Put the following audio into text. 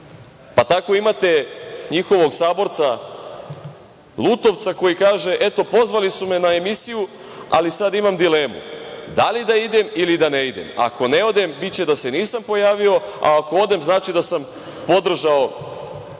Tako imate njihovog saborca Lutovca koji kaže: „Eto, pozvali su me na emisiju, ali sada imam dilemu da li da idem ili da ne idem. Ako ne odem, biće da se nisam pojavio, a ako odem znači da sam podržao